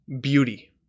beauty